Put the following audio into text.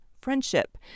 friendship